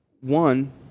One